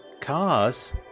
cars